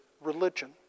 religion